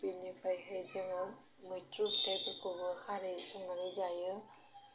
बिनिफ्राइहाय जोङो मैत्रु फिथाइफोरखौबो खारै संनानै जायो